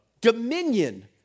dominion